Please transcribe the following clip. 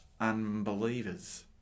unbelievers